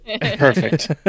perfect